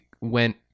went